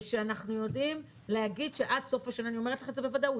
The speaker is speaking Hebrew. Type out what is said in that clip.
אני אומרת לך בוודאות,